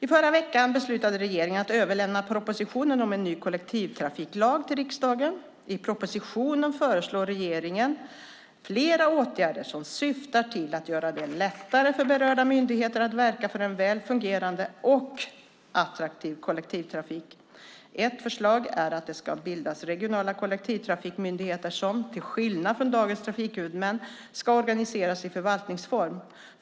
I förra veckan beslutade regeringen att överlämna propositionen om en ny kollektivtrafiklag till riksdagen. I propositionen föreslår regeringen flera åtgärder som syftar till att göra det lättare för berörda myndigheter att verka för en väl fungerande och attraktiv kollektivtrafik. Ett förslag är att det ska bildas regionala kollektivtrafikmyndigheter som, till skillnad från dagens trafikhuvudmän, ska organiseras i förvaltningsform.